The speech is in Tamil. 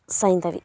சைந்தவி